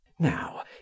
Now